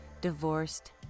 divorced